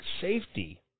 safety